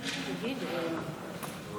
להעביר את הצעת חוק הגנת הצרכן (תיקון,